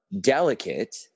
delicate